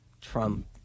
Trump